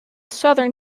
southern